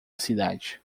cidade